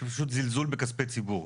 אני חושב שזה זלזול בכספי ציבור.